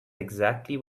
exactly